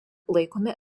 laikomi